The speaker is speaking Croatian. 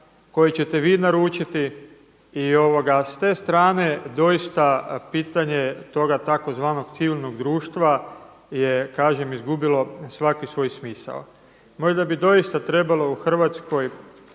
koji ćete vi naručiti i s te strane doista pitanje je toga tzv. civilnog društva je kažem izgubilo svaki svoj smisao. Možda bi doista trebalo u Hrvatskoj